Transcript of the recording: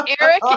Eric